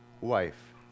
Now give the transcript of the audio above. wife